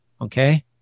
okay